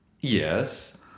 Yes